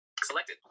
Selected